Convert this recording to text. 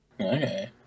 Okay